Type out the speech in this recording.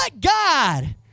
God